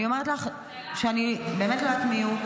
אני אומרת לך שאני באמת לא יודעת מיהו,